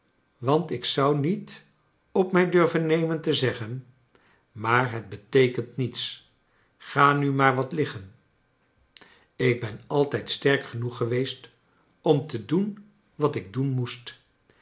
want ik zou niet op mij durven nemen te zeggen maar het beteekent niets ga nu maar wat liggen ik ben altijd sterk genoeg geweest om te doen wat ik doen moest